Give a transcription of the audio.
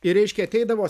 ir reiškia ateidavo